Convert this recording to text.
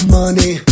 money